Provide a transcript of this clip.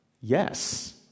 Yes